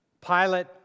Pilate